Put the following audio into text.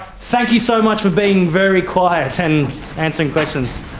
thank you so much for being very quiet and answering questions.